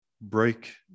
break